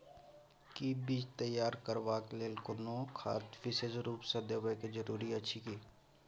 कि बीज तैयार करबाक लेल कोनो खाद विशेष रूप स देबै के जरूरी अछि की?